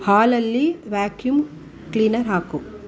ಹಾಲಲ್ಲಿ vacuum cleaner ಹಾಕು